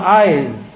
eyes